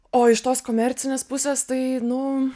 o iš tos komercinės pusės tai nu